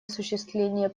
осуществление